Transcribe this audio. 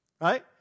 right